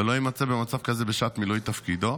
ולא יימצא במצב כזה בשעת מילוי תפקידו,